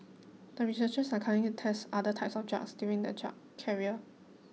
the researchers are currently test other types of drugs during the drug carrier